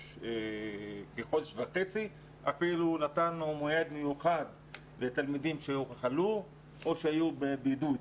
כחודש וחצי ואפילו נתנו מועד מיוחד לתלמידים שחלו או שהיו בבידוד.